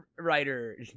writer